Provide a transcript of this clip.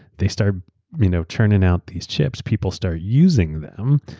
they start you know churning out these chips. people start using them,